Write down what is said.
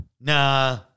Nah